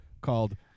called